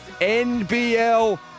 NBL